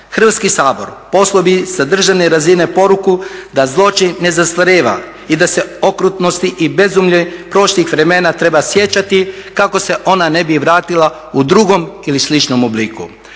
Hrvatski sabor poslao bi sa državne razine poruku da zločin ne zastarijeva i da se okrutnosti i bezumlje prošlih vremena treba sjećati kako se ona ne bi vratila u drugom ili sličnom obliku.